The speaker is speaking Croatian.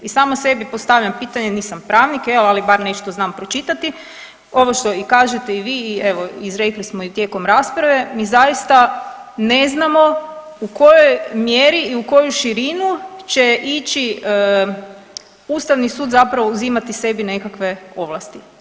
I sama sebi postavljam pitanje, nisam pravnik, evo ali bar nešto znam pročitati, ovo što i kažete i vi evo izrekli smo i tijekom rasprave, mi zaista ne znamo u kojoj mjeri i u koju širinu će ići Ustavni sud zapravo uzimati sebi neke ovlasti.